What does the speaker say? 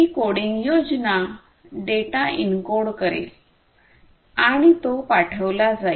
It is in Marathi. ही कोडिंग योजना डेटा एन्कोड करेल आणि तो पाठवला जाईल